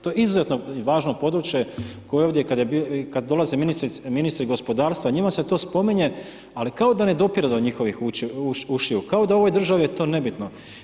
To je izuzetno važno područje, koje je ovdje, kada dolaze ministri gospodarstva, njima se to spominje, ali kao da ne dopire do njihovih ušiju, kao da je u ovoj državi je to nebitno.